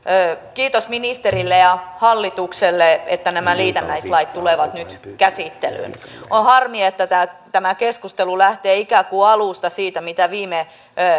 kiitos ministerille ja hallitukselle että nämä liitännäislait tulevat nyt käsittelyyn on harmi että tämä tämä keskustelu lähtee ikään kuin alusta siitä mitä viime